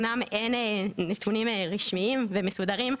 אמנם אין נתונים רשמיים ומסודרים,